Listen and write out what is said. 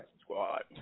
Squad